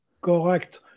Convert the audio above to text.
Correct